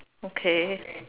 okay